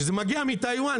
כשזה מגיע מטאיוואן,